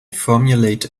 formulate